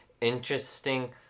interesting